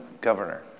governor